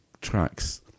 tracks